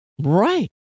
right